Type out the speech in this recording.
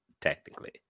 technically